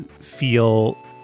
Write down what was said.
feel